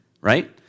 right